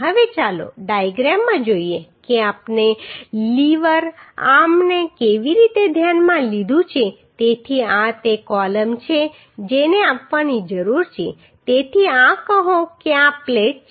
હવે ચાલો ડાયાગ્રામમાં જોઈએ કે આપણે લીવર આર્મને કેવી રીતે ધ્યાનમાં લીધું છે તેથી આ તે કોલમ છે જેને કાપવાની જરૂર છે તેથી આ કહો કે આ પ્લેટ છે